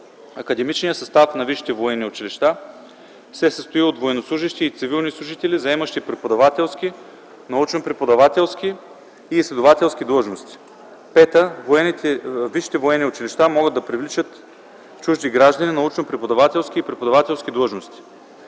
Академичният състав на висшите военни училища се състои от военнослужещи и цивилни служители, заемащи преподавателски, научно преподавателски и изследователски длъжности. (5) Висшите военни училища могат да привличат чужди граждани на научно преподавателски и преподавателски длъжности.